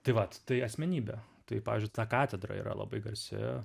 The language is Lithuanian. tai vat tai asmenybė tai pavyzdžiui ta katedra yra labai garsi